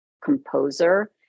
composer